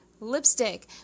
lipstick